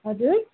हजुर